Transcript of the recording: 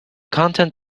content